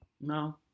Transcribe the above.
No